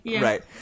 Right